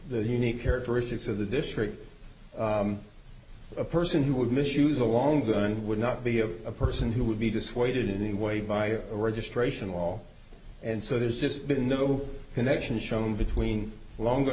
the unique characteristics of the district a person who would misuse a long gun would not be of a person who would be dissuaded in any way by a registration wall and so there's just been no connection shown between longer